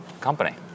company